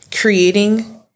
creating